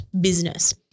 business